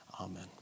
Amen